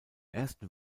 ersten